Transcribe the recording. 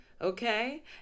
Okay